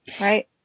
right